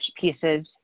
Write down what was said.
pieces